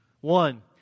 One